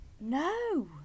No